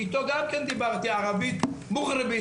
ואיתו גם כן דיברתי ערבית מוגרבית,